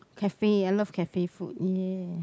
cafe I love cafe food ya